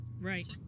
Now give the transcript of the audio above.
Right